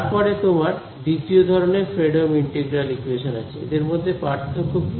তারপরে তোমার দ্বিতীয় ধরনের ফ্রেডহোম ইন্টিগ্রাল ইকুয়েশন আছে এদের মধ্যে পার্থক্য কি